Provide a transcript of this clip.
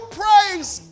praise